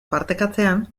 partekatzean